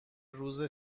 روز